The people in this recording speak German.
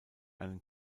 einen